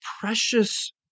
precious